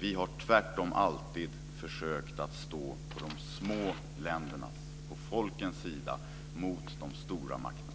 Vi har tvärtom alltid försökt att stå på de små ländernas och folkens sida mot de stora makterna.